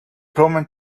plumber